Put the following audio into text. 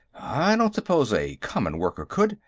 i don't suppose a common worker could,